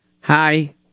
Hi